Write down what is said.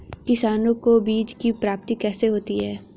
किसानों को बीज की प्राप्ति कैसे होती है?